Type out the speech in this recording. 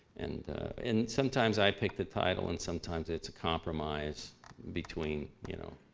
and and sometimes i pick the title, and sometimes it's a compromise between, you know,